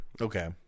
Okay